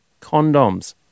condoms